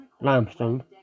limestone